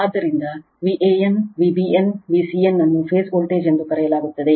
ಆದ್ದರಿಂದ Van Vbn Vcn ಅನ್ನು phase voltage ಎಂದು ಕರೆಯಲಾಗುತ್ತದೆ